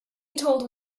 told